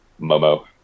Momo